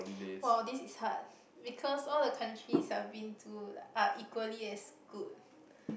!wow! this is hard because all the countries I have been to are equally as good